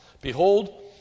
Behold